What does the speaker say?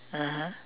(uh huh)